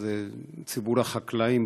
לציבור החקלאים,